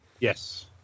Yes